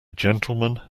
gentleman